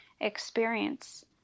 experience